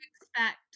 expect